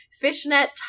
fishnet